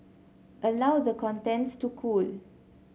allow the contents to cool